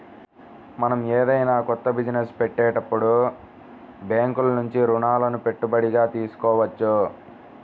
మనం ఏదైనా కొత్త బిజినెస్ పెట్టేటప్పుడు బ్యేంకుల నుంచి రుణాలని పెట్టుబడిగా తీసుకోవచ్చు